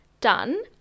done